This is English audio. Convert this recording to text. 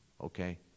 okay